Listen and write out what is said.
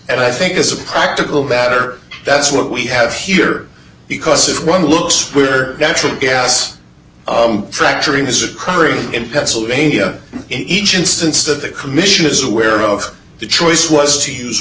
and i think as a practical matter that's what we have here because if one looks where natural gas fracturing has a crew in pennsylvania in each instance that the commission is aware of the choice was to use